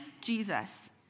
Jesus